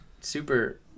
Super